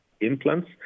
Implants